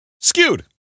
skewed